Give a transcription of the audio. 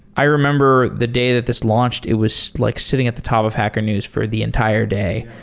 i remember the day that this launched. it was like sitting at the top of hacker news for the entire day.